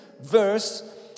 verse